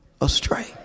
astray